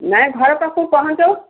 ନାଇଁ ଘର ପାଖକୁ ପହଞ୍ଚଉ